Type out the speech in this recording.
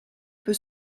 peut